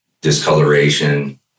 discoloration